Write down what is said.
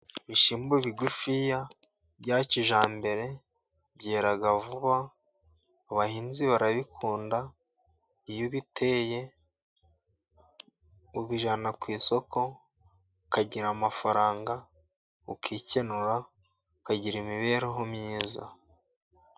Ibishyimbo bigufiya bya kijyambere byera vuba. Abahinzi barabikunda iyo ubi biteye ubijyana ku isoko, ukagira amafaranga ukikenura, ukagira imibereho myiza.